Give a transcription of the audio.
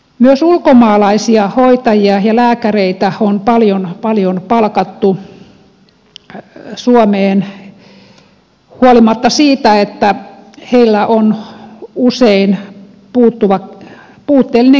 myös ulkomaalaisia hoitajia ja lääkäreitä on paljon palkattu suomeen huolimatta siitä että heillä on usein puutteellinen kielitaito